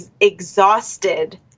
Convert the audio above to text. exhausted